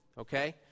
okay